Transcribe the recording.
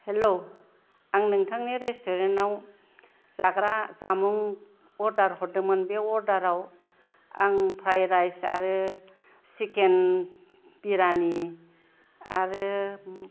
hello आं नोंथांनि रेस्टरेन्टाव जाग्रा जामुं अर्डार हरदोंमोन बे अर्डार आं फ्राइड राइस आरो चिकेन बिरयानि आरो